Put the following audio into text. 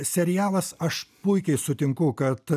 serialas aš puikiai sutinku kad